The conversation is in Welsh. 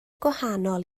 gwahanol